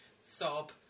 sob